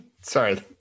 Sorry